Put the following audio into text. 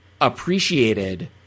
appreciated